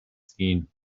seen